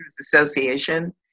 association